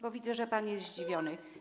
Bo widzę, że pan jest zdziwiony.